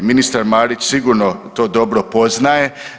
Ministar Marić sigurno to dobro poznaje.